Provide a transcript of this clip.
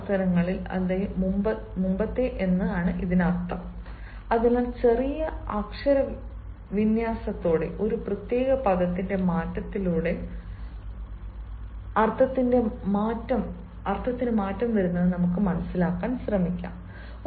മുമ്പത്തെ അവസരങ്ങളിൽ മുമ്പത്തെ അർത്ഥം അതിനാൽ ചെറിയ അക്ഷരവിന്യാസത്തോടെ ഒരു പ്രത്യേക പദത്തിന്റെ മാറ്റത്തിലൂടെ അർത്ഥത്തിന്റെ മാറ്റം മനസിലാക്കാൻ ശ്രമിക്കാം